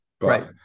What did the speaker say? Right